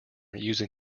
using